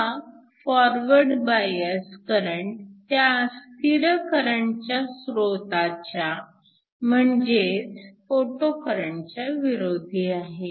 हा forward bias current त्या स्थिर करंट स्रोताच्या म्हणजेच फोटो करंटच्या विरोधी आहे